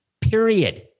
period